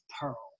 pearl